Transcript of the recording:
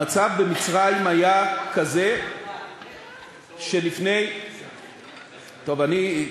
המצב במצרים היה כזה, שלפני, טוב, אני,